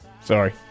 Sorry